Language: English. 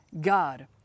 God